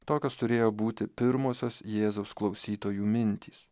tokios turėjo būti pirmosios jėzaus klausytojų mintys